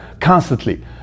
Constantly